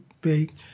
big